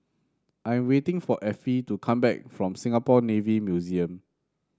I am waiting for Effie to come back from Singapore Navy Museum